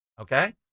okay